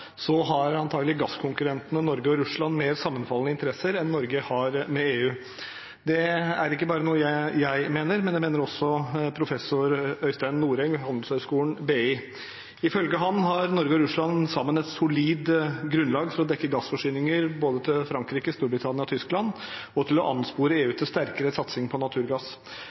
har antakelig gasskonkurrentene Norge og Russland mer sammenfallende interesser enn Norge har med EU. Det er ikke bare noe jeg mener, men det mener også professor Øystein Noreng ved Handelshøyskolen BI. Ifølge ham har Norge og Russland sammen et solid grunnlag for å dekke gassforsyninger til både Frankrike, Storbritannia og Tyskland, og til å anspore EU til sterkere satsing på naturgass.